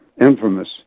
infamous